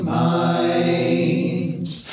minds